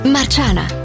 Marciana